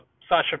Sasha